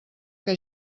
que